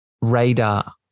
radar